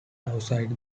outside